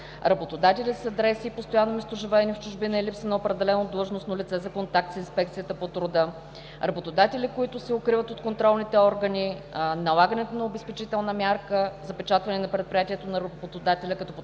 Работодатели с адреси постоянно местоживеене в чужбина и липса на определено длъжностно лице за контакт с Инспекцията по труда. 3. Работодатели, които се укриват от контролните органи. 4. Налагането на обезпечителна мярка запечатване на предприятието на работодателя, като по този начин